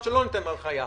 או שלא ניתנת הנחיה.